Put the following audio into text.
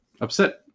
upset